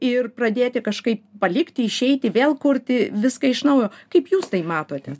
ir pradėti kažkaip palikti išeiti vėl kurti viską iš naujo kaip jūs tai matote